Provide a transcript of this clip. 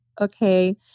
okay